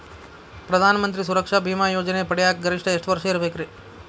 ಪ್ರಧಾನ ಮಂತ್ರಿ ಸುರಕ್ಷಾ ಭೇಮಾ ಯೋಜನೆ ಪಡಿಯಾಕ್ ಗರಿಷ್ಠ ಎಷ್ಟ ವರ್ಷ ಇರ್ಬೇಕ್ರಿ?